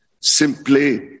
simply